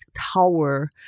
tower